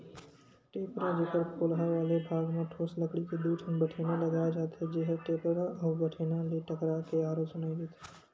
टेपरा, जेखर खोलहा वाले भाग म ठोस लकड़ी के दू ठन बठेना लगाय जाथे, जेहा टेपरा अउ बठेना ले टकरा के आरो सुनई देथे